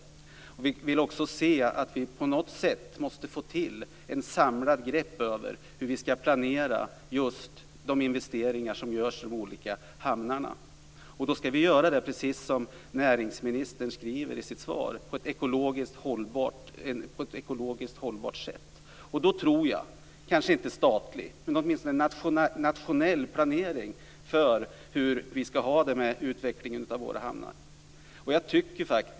Vi vill också se att vi på något sätt får till ett samlat grepp när det gäller frågan om hur vi skall planera just de investeringar som görs av olika hamnar. Vi skall göra det, precis som näringsministern skriver i sitt svar, på ett ekologiskt hållbart sätt. Jag tror kanske inte på en statlig, men åtminstone på en nationell planering av hur vi skall ha det med utvecklingen av våra hamnar.